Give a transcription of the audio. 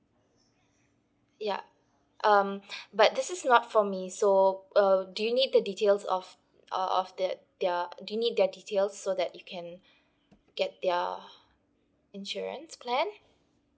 yup um but this is not for me so err do you need the details of of of that their do you need their details so that you can get their insurance plan